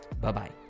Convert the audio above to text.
Bye-bye